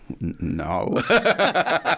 No